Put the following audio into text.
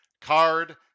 card